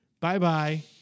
Bye-bye